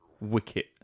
Wicket